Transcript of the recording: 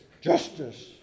justice